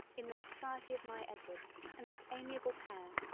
in the society of my edward and this amiable pair,